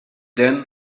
then